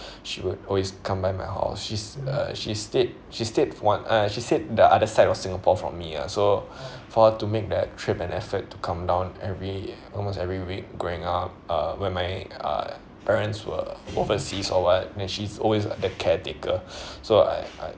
she would always come by my house she's uh she stayed she stayed what~ uh she stayed the other side of singapore from me ah so for her to make that trip and effort to come down every almost every week growing up uh when my uh parents were overseas or what then she's always the caretaker so I I